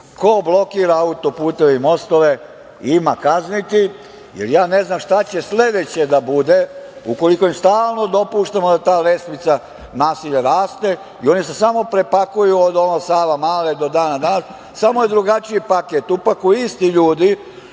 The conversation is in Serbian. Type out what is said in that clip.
ko blokira autoputeve i mostove ima kazniti, jer ja ne znam šta će sledeće da bude ukoliko im stalno dopuštamo da ta lestvica nasilja raste i oni se samo prepakuju od Savamale do dana današnjeg, samo je drugačiji paket. Upakuju isti ljudi,